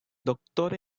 doctor